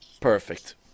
Perfect